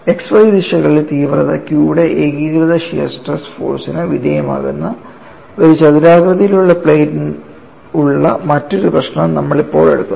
x y ദിശകളിൽ തീവ്രത q യുടെ ഏകീകൃത ഷിയർ സ്ട്രെസ് ഫോഴ്സ്ന് വിധേയമാകുന്ന ഒരു ചതുരാകൃതിയിലുള്ള പ്ലേറ്റ് ഉള്ള മറ്റൊരു പ്രശ്നം നമ്മൾ ഇപ്പോൾ എടുക്കുന്നു